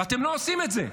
ואתם לא עושים את זה,